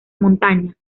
montaña